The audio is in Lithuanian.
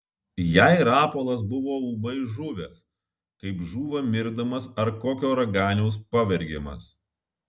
jai rapolas buvo ūmai žuvęs kaip žūva mirdamas ar kokio raganiaus pavergiamas